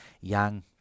young